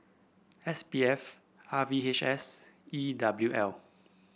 S P F R V H S and E W L